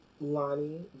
Lonnie